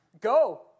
Go